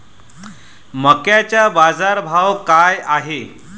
मक्याचा बाजारभाव काय हाय?